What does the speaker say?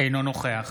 אינו נוכח